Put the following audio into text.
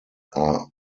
are